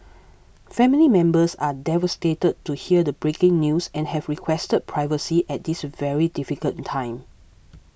family members are devastated to hear the breaking news and have requested privacy at this very difficult time